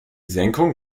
senkung